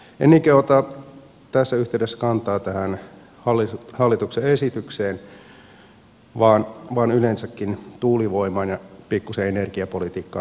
en niinkään ota tässä yhteydessä kantaa tähän hallituksen esitykseen vaan yleensäkin tuulivoimaan ja pikkuisen energiapolitiikkaan tässä maassa